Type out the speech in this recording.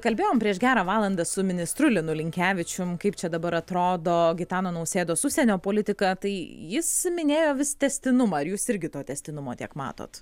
kalbėjom prieš gerą valandą su ministru linu linkevičium kaip čia dabar atrodo gitano nausėdos užsienio politika tai jis minėjo vis tęstinumą ar jūs irgi to tęstinumo tiek matot